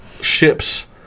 ships